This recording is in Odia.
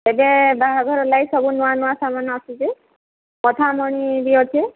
ଏବେ ବାହାଘର ଲାଗି ସବୁ ନୂଆ ନୂଆ ସାମାନ୍ ଆସୁଛି ମଥାମଣି ବି ଅଛେ